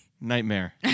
Nightmare